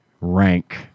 rank